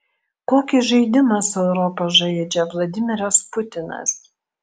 kokį žaidimą su europa žaidžia vladimiras putinas